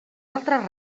altres